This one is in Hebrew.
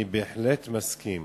אני בהחלט מסכים